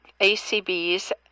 ACB's